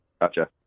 Gotcha